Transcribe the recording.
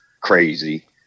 crazy